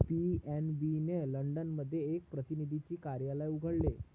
PNB ने London मध्ये एक प्रतिनिधीचे कार्यालय उघडले